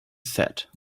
said